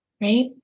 right